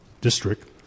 district